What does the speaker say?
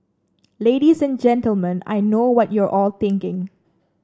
ladies and Gentlemen I know what you're all thinking